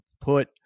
put